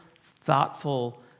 thoughtful